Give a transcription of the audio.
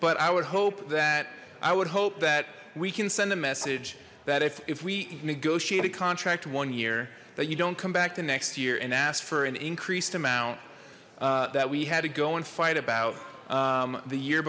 but i would hope that i would hope that we can send a message that if if we negotiate a contract one year that you don't come back to next year and ask for an increased amount that we had to go and fight about the year